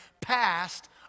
passed